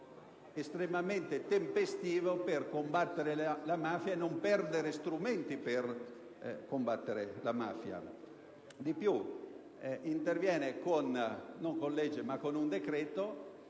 estremamente tempestivo per combattere la mafia e non perdere strumenti per combatterla. Di più, esso interviene non con legge,